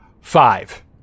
five